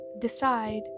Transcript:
decide